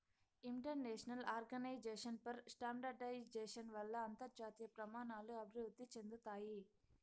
international organisation for standardisation వల్ల అంతర్జాతీయ ప్రమాణాలు అభివృద్ధి చెందుతాయి